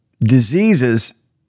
diseases